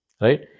right